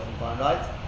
right